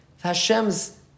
Hashem's